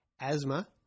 asthma